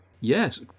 Yes